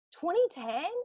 2010